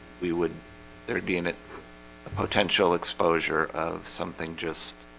we would there'd be in it a potential exposure of something just